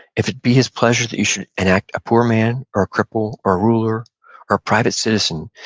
if it be his pleasure that you should enact a poor man or a cripple or a ruler or a private citizen,